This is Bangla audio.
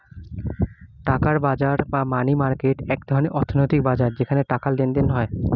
টাকার বাজার বা মানি মার্কেট এক ধরনের অর্থনৈতিক বাজার যেখানে টাকার লেনদেন হয়